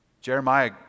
Jeremiah